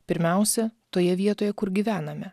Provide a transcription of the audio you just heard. pirmiausia toje vietoje kur gyvename